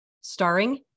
starring